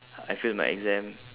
I fail my exam